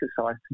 exercise